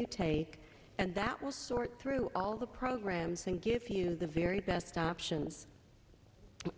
you take and that will sort through all the programs and give you the very best options